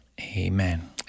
Amen